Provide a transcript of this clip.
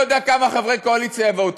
לא יודע כמה מחברי הקואליציה יבואו,